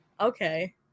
Okay